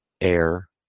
air